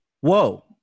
whoa